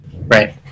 right